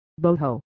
boho